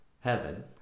heaven